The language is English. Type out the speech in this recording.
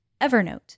Evernote